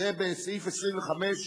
זה בסעיף 25,